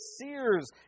sears